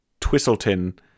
Twistleton